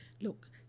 Look